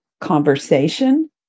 conversation